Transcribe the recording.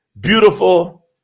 beautiful